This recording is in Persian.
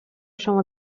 شما